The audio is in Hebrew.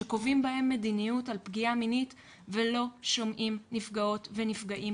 שקובעים בהם מדיניות על פגיעה מינית ולא שומעים נפגעות ונפגעים.